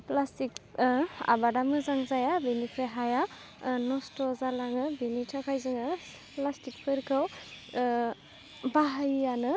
plastic आबादा मोजां जाया बेनिफ्राय हाया नस्थ' जालाङो बिनि थाखाय जोङो प्लाष्टिकफोरखौ बाहायैयानो